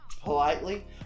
politely